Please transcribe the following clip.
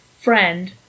friend